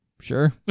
Sure